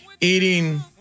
eating